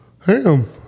Ham